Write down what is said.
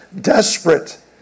desperate